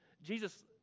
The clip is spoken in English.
Jesus